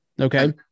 Okay